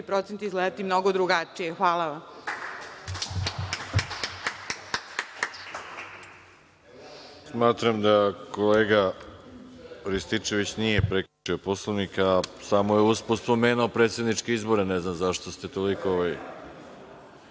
procenti izgledati mnogo drugačije. Hvala vam.